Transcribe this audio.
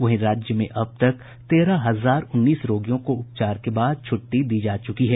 वहीं राज्य में अब तक तेरह हजार उन्नीस रोगियों को उपचार के बाद छुट्टी दी जा चुकी है